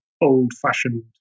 old-fashioned